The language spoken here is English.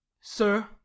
sir